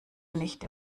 nicht